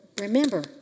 remember